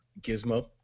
Gizmo